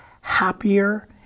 happier